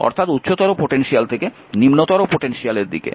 অর্থাৎ উচ্চতর পোটেনশিয়াল থেকে নিম্নতর পোটেনশিয়ালের দিকে